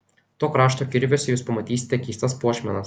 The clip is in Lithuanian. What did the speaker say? to krašto kirviuose jūs pamatysite keistas puošmenas